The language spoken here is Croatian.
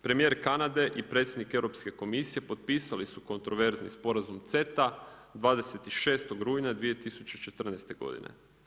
Premijer Kanade i predsjednik Europske komisije potpisali su kontraverzni sporazum CETA, 26. rujna 2014. godine.